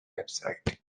website